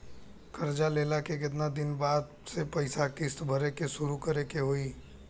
कर्जा लेला के केतना दिन बाद से पैसा किश्त भरे के शुरू करे के होई?